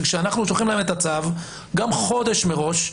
שכאשר אנחנו שולחים להם את הצו גם חודש מראש,